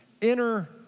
inner